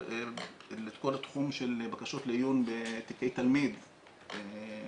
את כל התחום של בקשות לעיון בתיקי תלמיד לתוך